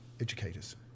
educators